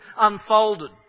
unfolded